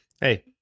Hey